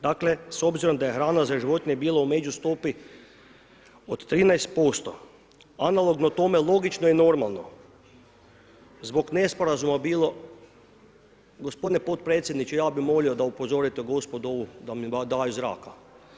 Dakle s obzirom da je hrana za životinja bila u među stopi od 13% analogno tome logično i normalno zbog nesporazuma bilo, gospodine potpredsjedniče, ja bi molio da upozorite gospodo ovu, da mi daju zraka.